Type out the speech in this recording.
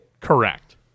Correct